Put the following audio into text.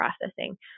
processing